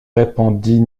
répondit